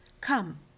Come